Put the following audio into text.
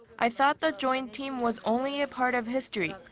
i thought the joint team was only a part of history.